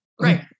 right